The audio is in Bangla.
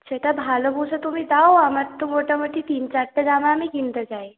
যেটা ভালো বোঝো তুমি দাও আমার তো মোটামুটি তিন চারটে জামা আমি কিনতে চাই